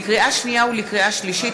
לקריאה שנייה ולקריאה שלישית,